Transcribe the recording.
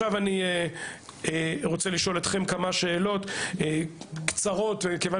אני רוצה לשאול אתכם כמה שאלות קצרות כיוון